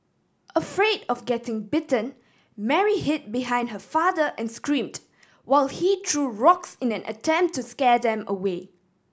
afraid of getting bitten Mary hid behind her father and screamed while he threw rocks in an attempt to scare them away